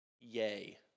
Yay